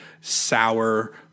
sour